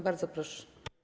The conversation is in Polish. Bardzo proszę.